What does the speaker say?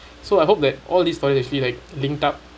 so I hope that all these stories actually like linked up